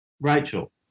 Rachel